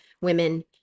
women